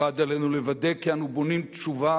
מחד, עלינו לוודא כי אנו בונים תשובה